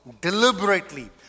deliberately